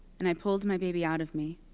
and i pulled my baby out of me.